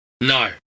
No